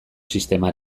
sistema